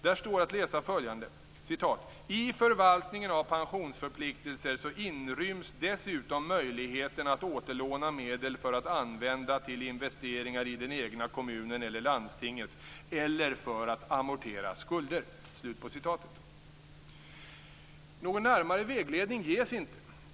Där står att läsa följande: "I förvaltningen av pensionsförpliktelser inryms dessutom möjligheten att återlåna medlen för att använda till investeringar i den egna kommunen eller landstinget eller för att amortera skulder." Någon närmare vägledning ges inte.